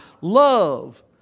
Love